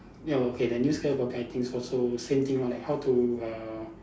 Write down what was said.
ya okay the new skill for guy things also same thing lor like how to err